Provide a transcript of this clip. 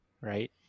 right